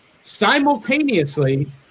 simultaneously